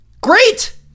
Great